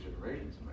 generations